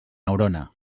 neurona